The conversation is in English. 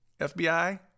FBI